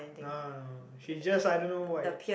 no she just I don't know why